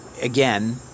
Again